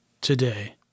today